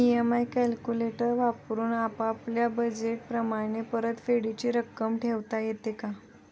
EMI calculator वापरून आपापल्या budget प्रमाणे परतफेडीची रक्कम ठरवता येते का?